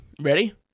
ready